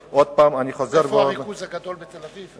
איפה הריכוז הגדול, בתל-אביב?